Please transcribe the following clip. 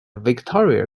victoria